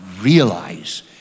realize